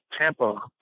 Tampa